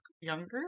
younger